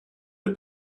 der